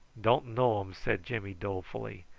don't know um, said jimmy dolefully.